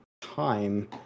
time